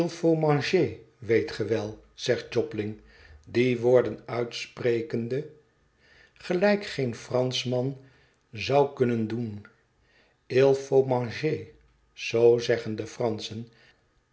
weet ge wel zegt jobling die woorden uitsprekende gelijk geen franschman zou kunnen doen f o manger zoo zeggen de franschen